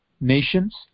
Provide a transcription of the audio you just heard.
nations